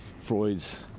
Freud's